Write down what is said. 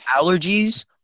allergies